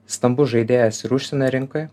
stambus žaidėjas ir užsienio rinkoje